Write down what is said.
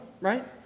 Right